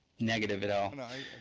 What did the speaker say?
negative at all. and i